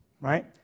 right